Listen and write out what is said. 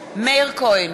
מאיר כהן,